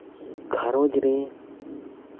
ᱜᱷᱟᱨᱚᱸᱡᱽ ᱨᱮ